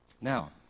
Now